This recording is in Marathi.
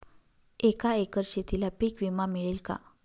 एका एकर शेतीला पीक विमा मिळेल का?